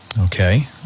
Okay